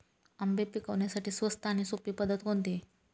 आंबे पिकवण्यासाठी स्वस्त आणि सोपी पद्धत कोणती?